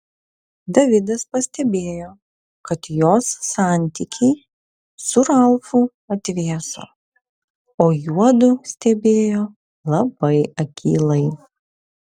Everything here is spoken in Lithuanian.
davidas pastebėjo kad jos santykiai su ralfu atvėso o juodu stebėjo labai akylai